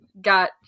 got